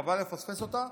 חבל לפספס אותה.